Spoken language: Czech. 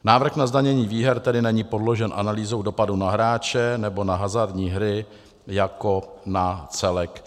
Návrh na zdanění výher tedy není podložen analýzou dopadu na hráče nebo na hazardní hry jako na celek.